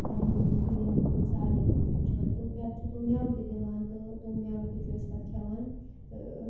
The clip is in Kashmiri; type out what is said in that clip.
پنٕنٮ۪ن یِمَن کُلٮ۪ن یِمَن سارِنٕے کُن چھُ وُچھان تہٕ پَتہٕ چھِ تِم مٮ۪وٕ تہِ دِوان تہٕ تِم مٮ۪وٕ تہِ چھِ أسۍ پَتہٕ کھٮ۪وان تہٕ